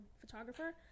photographer